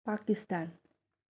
Pakistan